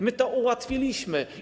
My to ułatwiliśmy.